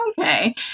okay